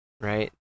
Right